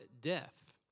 death